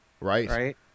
Right